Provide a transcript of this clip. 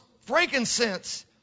frankincense